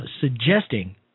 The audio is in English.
suggesting